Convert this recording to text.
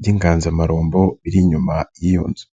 by'inganzamarumbo biri inyuma y'iyo nzu.